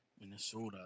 Minnesota